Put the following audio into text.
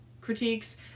critiques